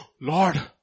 Lord